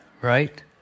right